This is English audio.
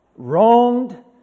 Wronged